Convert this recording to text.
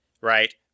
Right